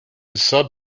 sub